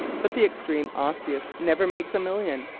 but the extreme osseous never makes a million.